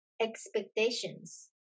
expectations